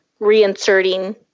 reinserting